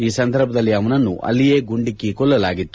ಈ ಸಂದರ್ಭದಲ್ಲಿ ಅವನನ್ನು ಅಲ್ಲಿಯೇ ಗುಂಡಿಕ್ಕಿ ಕೊಲ್ಲಲಾಗಿತ್ತು